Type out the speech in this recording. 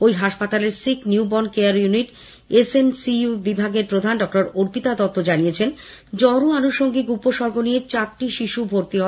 ওই হাসপাতালের sick newborn care unit SNCU বিভাগের প্রধান ডক্টর অর্পিতা দত্ত জানিয়েছেন জ্বর ও আনৃষঙ্গিক উপসর্গ নিয়ে চারটি শিশু ভর্তি হয়